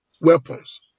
weapons